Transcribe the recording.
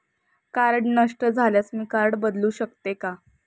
Card नष्ट झाल्यास मी कार्ड बदलू शकते का?